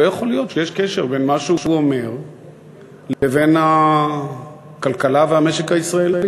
לא יכול להיות שיש קשר בין מה שהוא אומר לבין הכלכלה והמשק הישראלי.